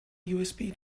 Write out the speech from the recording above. usb